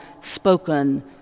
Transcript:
spoken